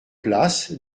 place